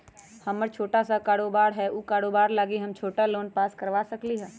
हमर छोटा सा कारोबार है उ कारोबार लागी हम छोटा लोन पास करवा सकली ह?